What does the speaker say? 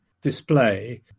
display